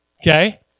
Okay